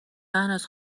مهناز